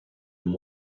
and